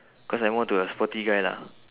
cause I'm more to a sporty guy lah